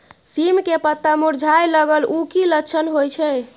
सीम के पत्ता मुरझाय लगल उ कि लक्षण होय छै?